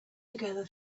together